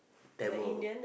Tamil